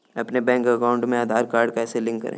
अपने bank account में Aadhaar card कैसे लिंक करें?